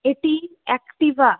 এটি অ্যাক্টিভা